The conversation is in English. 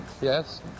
yes